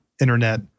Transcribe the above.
internet